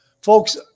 Folks